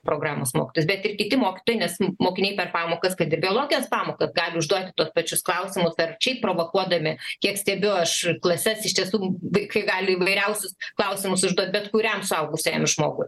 programos mokytojas bet ir kiti mokytojai nes mokiniai per pamokas kad ir biologijos pamokas gali užduot tuos pačius klausimus ar šiaip provokuodami kiek stebiu aš klases iš tiesų vaikai gali įvairiausius klausimus užduot bet kuriam suaugusiajam žmogui